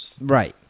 Right